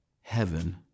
heaven